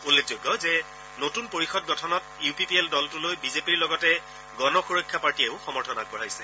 উল্লেখযোগ্য যে নতুন পৰিষদ গঠনত ইউ পি পি এল দলটোলৈ বিজেপিৰ লগতে গণ সুৰক্ষা পাৰ্টিয়েও সমৰ্থন আগবঢ়াইছে